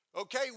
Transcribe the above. Okay